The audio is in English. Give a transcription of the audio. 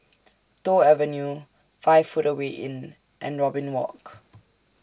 Toh Avenue five Footway Inn and Robin Walk